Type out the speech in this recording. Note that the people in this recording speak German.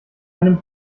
einem